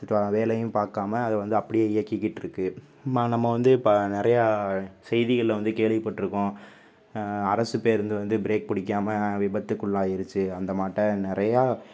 பா வேலையும் பார்க்காமா அதை வந்து அப்படியே இயக்கிக்கிட்டு இருக்குது இப்போ நம்ம வந்து இப்போ நிறையா செய்திகளில் வந்து கேள்விப்பட்டிருக்கோம் அரசுப்பேருந்து வந்து பிரேக் பிடிக்காம விபத்துள்ளாயிருச்சு அந்தமாட்ட நிறையா